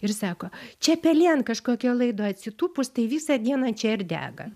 ir sako čia pelė an kažkokio laido atsitūpus tai visą dieną čia ir dega